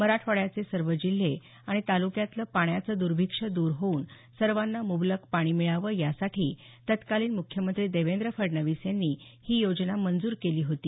मराठवाड्याचे सर्व जिल्हे आणि तालुक्यातलं पाण्याचं दुर्भिक्ष्य दुर होऊन सर्वांना मुबलक पाणी मिळावं यासाठी तत्कालीन मुख्यमंत्री देवेंद्र फडणवीस यांनी ही योजना मंजूर केली होती